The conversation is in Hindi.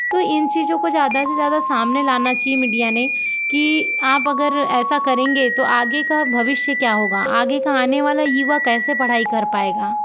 तो इन चीज़ों को ज़्यादा से ज़्यादा सामने लाना चहिए मीडिया ने कि आप अगर ऐसा करेंगे तो आगे का भविष्य क्या होगा आगे का आने वाला युवा कैसे पढ़ाई कर पाएगा